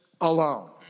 alone